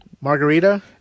margarita